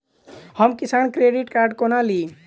हम किसान credit card कोना ली?